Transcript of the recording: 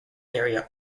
area